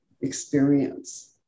experience